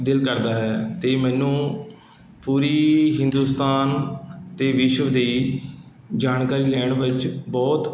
ਦਿਲ ਕਰਦਾ ਹੈ ਅਤੇ ਮੈਨੂੰ ਪੂਰੀ ਹਿੰਦੁਸਤਾਨ ਅਤੇ ਵਿਸ਼ਵ ਦੀ ਜਾਣਕਾਰੀ ਲੈਣ ਵਿੱਚ ਬਹੁਤ